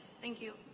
thank you.